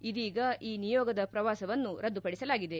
ಇದೀಗ ಈ ನಿಯೋಗದ ಪ್ರವಾಸವನ್ನು ರದ್ದುಪಡಿಸಲಾಗಿದೆ